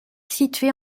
situé